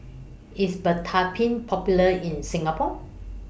IS Betadine Popular in Singapore